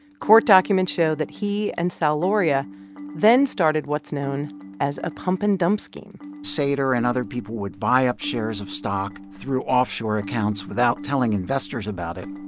court documents show that he and sal lauria then started what's known as a pump-and-dump scheme sater and other people would buy up shares of stock through offshore accounts without telling investors about it.